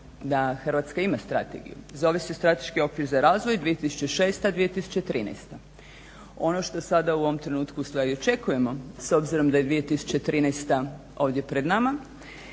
da Hrvatska ima strategiju, zove se Strateški okvir za razvoj 2006. – 2013. Ono što sada u ovom trenutku ustvari očekujemo s obzirom da je 2013. ovdje pred nama